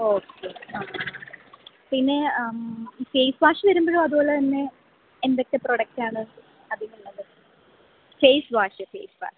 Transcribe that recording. okay പിന്നെ face wash വരുമ്പോഴും അതുപോലെത്തന്നെ എന്തൊക്കെ പ്രോഡക്റ്റാണ് അതിനുള്ളത് ഫേസ് വാഷ് ഫേസ് വാഷ്